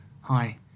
hi